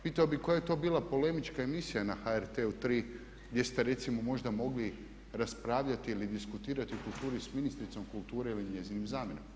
Pitao bih koja je to bila polemička emisija na HRT-u tri gdje ste recimo možda mogli raspravljati ili diskutirati o kulturi s ministricom kulture ili njezinim zamjenikom.